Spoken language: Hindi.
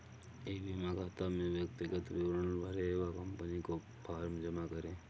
ई बीमा खाता में व्यक्तिगत विवरण भरें व कंपनी को फॉर्म जमा करें